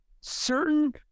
certain